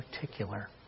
particular